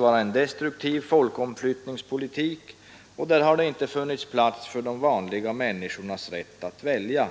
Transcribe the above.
av en destruktiv folkomflyttningspolitik, där det inte har funnits plats för de vanliga människornas rätt att välja.